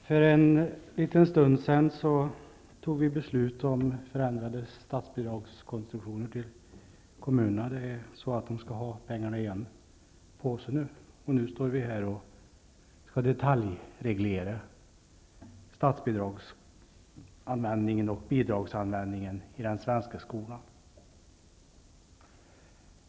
Herr talman! För en liten stund sedan tog vi beslut om förändrade statsbidragskonstruktioner för kommunerna -- de skall hädanefter få pengarna i en påse -- och nu står vi här och detaljreglerar statsbidragsanvändningen och annan bidragsanvändning i den svenska skolan.